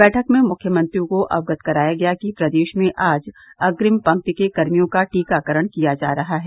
बैठक में मुख्यमंत्री को अवगत कराया गया कि प्रदेश में आज अप्रिम पंक्ति के कर्मियों का टीकाकरण किया जा रहा है